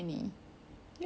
we're not alone